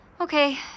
Okay